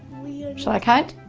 shall i count?